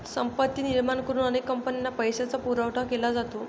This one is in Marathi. संपत्ती निर्माण करून अनेक कंपन्यांना पैशाचा पुरवठा केला जातो